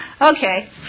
okay